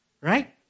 Right